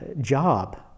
job